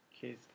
kids